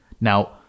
Now